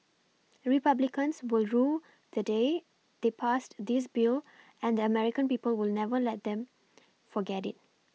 republicans will rue the day they passed this Bill and the American people will never let them forget it